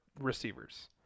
receivers